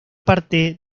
parte